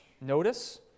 Notice